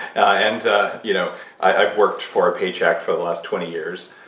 and ah you know i've worked for a paycheck for the last twenty years,